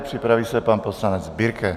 Připraví se pan poslanec Birke.